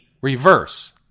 reverse